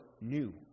new